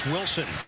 Wilson